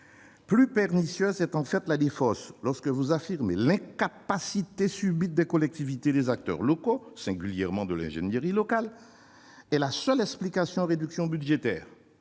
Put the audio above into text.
Plus pernicieuse est en fait la défausse lorsque vous affirmez que l'incapacité subite des collectivités et des acteurs locaux, singulièrement de l'ingénierie locale, est la seule explication aux réductions budgétaires.